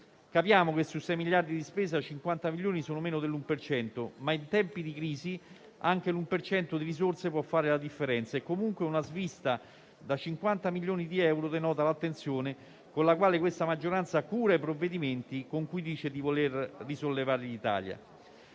Capiamo che su 6 miliardi di spesa, 50 milioni sono meno dell'un per cento, ma in tempi di crisi anche l'un per cento di risorse può fare la differenza e comunque una svista da 50 milioni di euro denota l'attenzione con la quale la maggioranza cura i provvedimenti con cui dice di voler risollevare Italia.